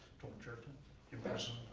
tortured, and imprisoned